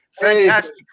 Fantastic